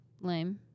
lame